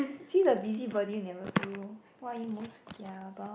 see the busybody never do loh what are you most kia about